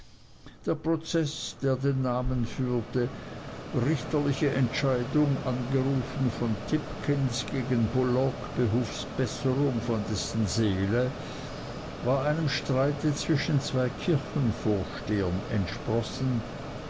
der prozeß der den namen führte richterliche entscheidung angerufen von tipkins gegen bullock behufs besserung dessen seele war einem streite zwischen zwei kirchenvorstehern entsprossen